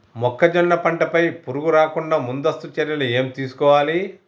మొక్కజొన్న పంట పై పురుగు రాకుండా ముందస్తు చర్యలు ఏం తీసుకోవాలి?